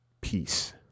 peace